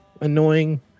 annoying